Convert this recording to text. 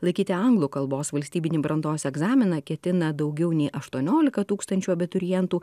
laikyti anglų kalbos valstybinį brandos egzaminą ketina daugiau nei aštuoniolika tūkstančių abiturientų